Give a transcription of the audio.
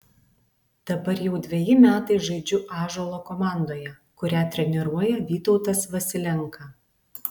dabar jau dveji metai žaidžiu ąžuolo komandoje kurią treniruoja vytautas vasilenka